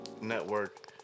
Network